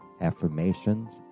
affirmations